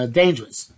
dangerous